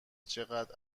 چقد